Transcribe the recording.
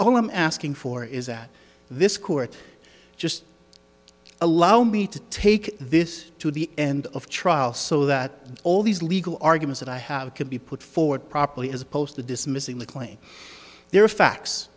all i'm asking for is that this court just allow me to take this to the end of trial so that all these legal argument that i have could be put forward properly as opposed to dismissing the claim there are facts